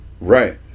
Right